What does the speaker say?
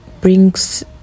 brings